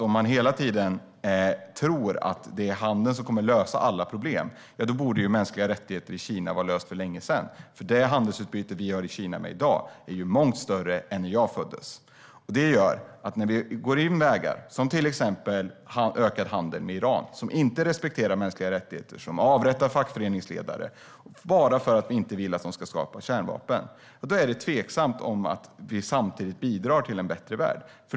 Om man hela tiden tror att det är handel som kommer att lösa alla problem, då borde mänskliga rättigheter i Kina vara införda för länge sedan. Det handelsutbyte som vi har med Kina i dag är mångt större än när jag föddes. När vi ökar handeln med Iran som inte respekterar mänskliga rättigheter, som avrättar fackföreningsledare bara för att vi vill att de inte ska bygga kärnvapen, då är det tveksamt om vi bidrar till en bättre värld.